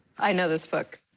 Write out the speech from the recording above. i know this book.